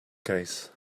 case